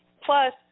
plus